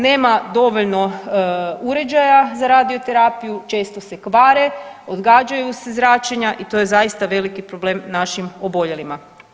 Nema dovoljno uređaja za radioterapiju, često se kvare, odgađaju se zračenja i to je zaista veliki problem našim oboljelima.